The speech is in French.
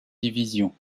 division